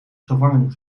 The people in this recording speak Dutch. gevangen